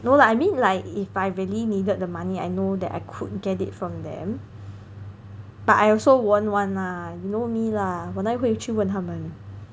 no lah I mean like if I really needed the money I know that I could get it from them but I also won't [one] lah you know me lah 我哪里会去问他们